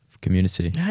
community